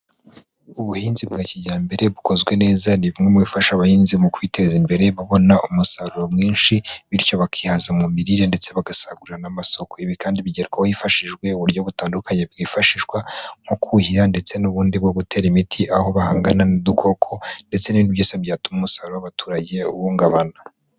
Ubuhinzi bwa kijyambere bukozwe neza ni bumwe mu bifasha abahinzi mu kwiteza imbere babona umusaruro mwinshi bityo bakihaza mu mirire ndetse bagasagurira n'amasoko. Ibi kandi bigerwaho hifashishijwe uburyo butandukanye bwifashishwa nko kuhira ndetse n'ubundi bwo gutera imiti, aho bahangana n'udukoko ndetse n'ibindi byose byatuma umusaruro w'abaturage uhungabana.